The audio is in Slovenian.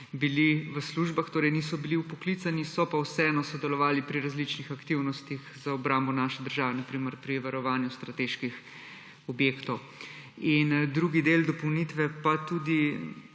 bili v službah, torej niso bili vpoklicani, so pa vseeno sodelovali pri različnih aktivnosti za obrambo naše države, na primer pri varovanju strateških objektov? In drugi del dopolnitve, če